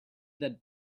that